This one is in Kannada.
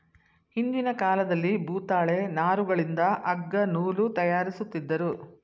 ಹಿಂದಿನ ಕಾಲದಲ್ಲಿ ಭೂತಾಳೆ ನಾರುಗಳಿಂದ ಅಗ್ಗ ನೂಲು ತಯಾರಿಸುತ್ತಿದ್ದರು